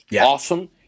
awesome